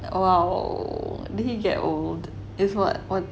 !wow! did he get old he what